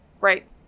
Right